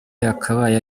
yakabaye